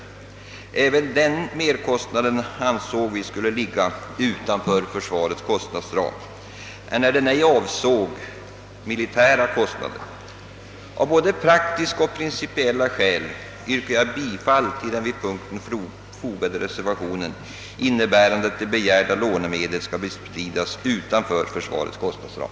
Vi ansåg att även den merkostnaden skulle ligga utanför försvarets kostnadsram enär den ej avsåg militära kostnader. Av både praktiska och principella skäl yrkar jag bifall till den vid punkten fogade reservationen, innebärande att de begärda lånemedlen skall bestridas utanför försvarets kostnadsram.